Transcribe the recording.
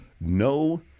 no